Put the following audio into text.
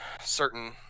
certain